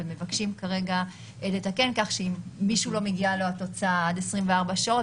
ומבקשים כרגע לתקן כך שאם למישהו לא מגיעה התוצאה עד 24 שעות,